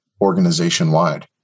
organization-wide